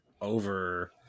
over